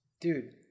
Dude